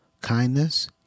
kindness